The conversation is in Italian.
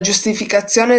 giustificazione